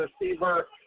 receiver